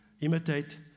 Imitate